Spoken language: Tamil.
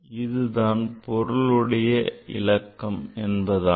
இதுதான் பொருளுடைய இலக்கம் என்பதாகும்